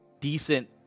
decent